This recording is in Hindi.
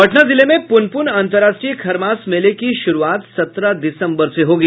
पटना जिले में पुनपुन अंतर्राष्ट्रीय खरमास मेले की शुरूआत सत्रह दिसम्बर से होगी